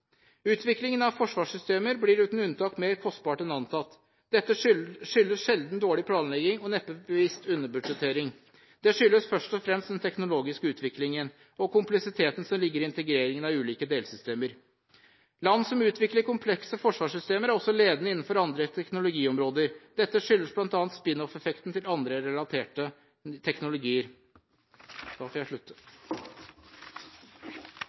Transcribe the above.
Utviklingen av forsvarssystemer blir uten unntak mer kostbart enn antatt. Dette skyldes sjelden dårlig planlegging og neppe bevisst underbudsjettering. Det skyldes først og fremst den teknologiske utviklingen og kompleksiteten som ligger i integreringen av ulike delsystemer. Land som utvikler komplekse forsvarssystemer, er også ledende innenfor andre teknologiområder. Dette skyldes bl.a. spin-off-effekten til andre relaterte teknologier. Da får jeg slutte.